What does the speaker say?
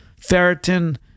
ferritin